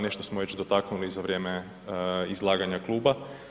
Nešto smo već dotaknuli i za vrijeme izlaganja kluba.